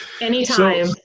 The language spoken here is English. anytime